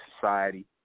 society